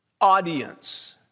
audience